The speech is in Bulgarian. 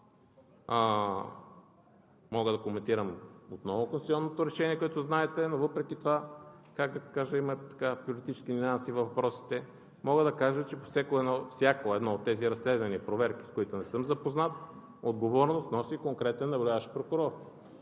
мога да коментирам отново конституционното решение, което знаете, но въпреки това, как да кажа, има политически нюанси във въпросите. Мога да кажа, че по всяко едно от тези разследвания, проверки, с които не съм запознат, отговорност носи конкретен наблюдаващ прокурор.